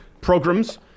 programs